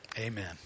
amen